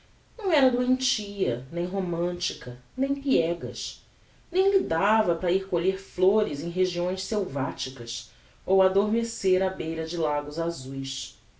não era doentia nem romantica nem piegas nem lhe dava para ir colher flores em regiões selvaticas ou adormecer á beira de lagos azues